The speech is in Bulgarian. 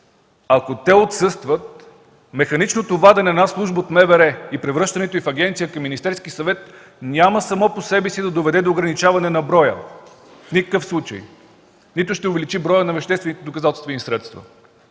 Ако те отсъстват, механичното вадене на една служба от МВР и превръщането й в агенция към Министерския съвет, няма само по себе си да доведе до ограничаване на броя, в никакъв случай, нито ще увеличи броя на веществените доказателствени средства.